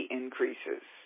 increases